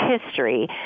history